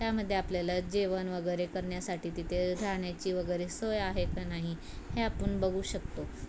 त्यामध्ये आपल्याला जेवण वगैरे करण्यासाठी तिथे राहण्याची वगैरे सोय आहे का नाही हे आपण बघू शकतो